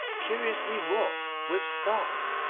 curiously wrought with stars,